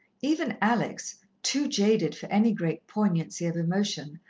even alex, too jaded for any great poignancy of emotion,